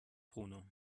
bruno